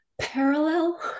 parallel